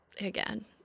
again